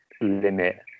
limit